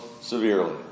severely